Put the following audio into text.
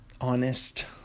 honest